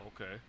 Okay